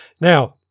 Now